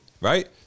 right